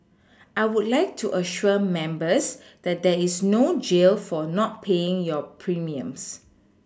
I would like to assure members that there is no jail for not paying your premiums